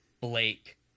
Blake